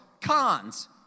Cons